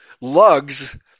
lugs